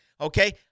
okay